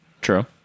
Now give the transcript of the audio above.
True